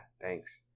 thanks